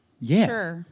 yes